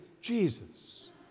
Jesus